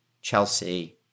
Chelsea